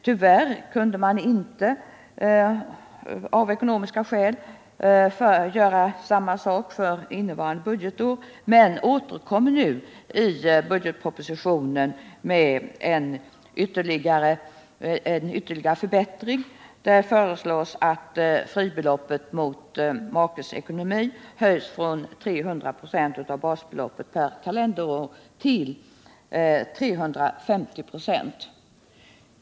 Tyvärr kunde man av ekonomiska skäl inte göra samma sak för innevarande budgetår, men man återkommer ju i budgetpropositionen med en ytterligare förbättring. Där föreslås att fribeloppet för makes inkomst höjs från 300 26 av basbeloppet per kalenderår till 350 96.